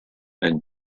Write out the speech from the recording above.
and